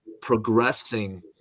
progressing